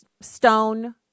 Stone